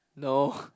no